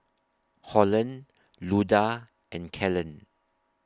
Holland Luda and Kellen